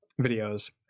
videos